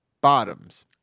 bottoms